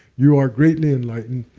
you are greatly enlightened,